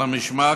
על המשמר,